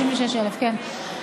36,000, כן.